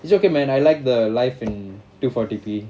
it's okay man I like the life in two forty three